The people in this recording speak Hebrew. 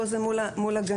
פה זה מול הגננת.